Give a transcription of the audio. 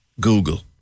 Google